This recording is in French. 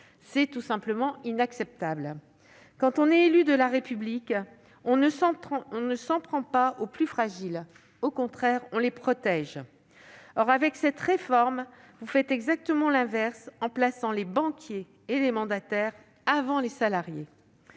de justice. C'est inacceptable ! Quand on est élu de la République, on ne s'en prend pas aux plus fragiles ; au contraire, on les protège ! Or, avec cette réforme, le Gouvernement fait exactement l'inverse, en plaçant les banquiers et les mandataires avant les salariés.